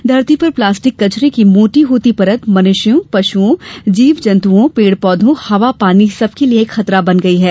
धरती पर प्लास्टिक कचरे की मोटी होती परत मनुष्यों पशुओं जीव जन्तुओं पेड़ पौधों हवा पानी सबके लिये खतरा बन गई है